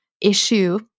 issue